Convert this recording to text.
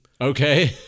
Okay